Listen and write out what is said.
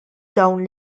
dawn